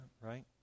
right